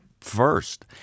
first